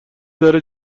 داره